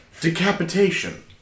decapitation